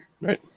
right